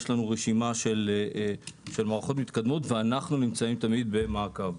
יש לנו רשימה של מערכות מתקדמות ואנחנו נמצאים תמיד במעקב.